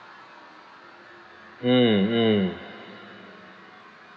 mm mm